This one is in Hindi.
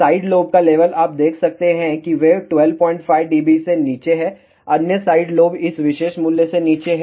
साइड लोब लेवल आप देख सकते हैं कि वे 125 dB से नीचे हैं अन्य साइड लोब इस विशेष मूल्य से नीचे हैं